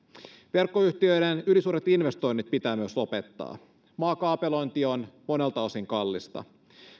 verkkoyhtiöiden ylisuuret investoinnit pitää myös lopettaa maakaapelointi on monelta osin kallista